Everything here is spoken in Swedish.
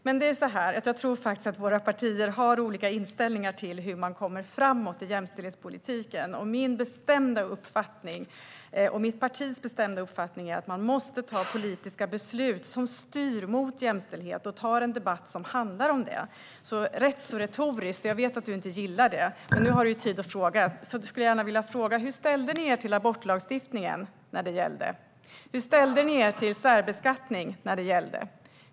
Men jag tror faktiskt att våra partier har olika inställningar till hur man kommer framåt i jämställdhetspolitiken, och min och mitt partis bestämda uppfattning är att man måste fatta politiska beslut som styr mot jämställdhet och föra en debatt som handlar om det. Rätt retoriskt - jag vet att du inte gillar det, Erik Andersson, men nu har du tid att svara - skulle jag vilja fråga: Hur ställde ni er till abortlagstiftningen när det gällde? Hur ställde ni er till särbeskattning när det gällde?